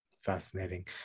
Fascinating